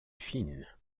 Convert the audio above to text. fine